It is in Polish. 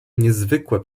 niezwykłe